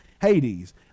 Hades